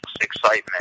excitement